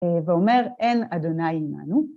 ואומר, אין אדוני עימנו.